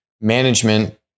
management